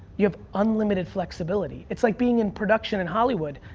you have unlimited flexibility. it's like being in production in hollywood.